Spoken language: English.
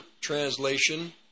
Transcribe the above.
translation